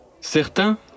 Certains